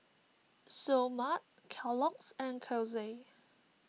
Seoul Mart Kellogg's and Kose